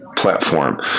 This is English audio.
platform